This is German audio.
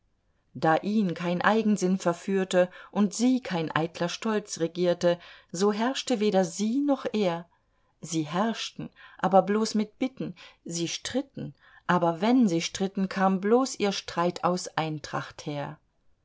da ihn kein eigensinn verführte und sie kein eitler stolz regierte so herrschte weder sie noch er sie herrschten aber bloß mit bitten sie stritten aber wenn sie stritten kam bloß ihr streit aus eintracht her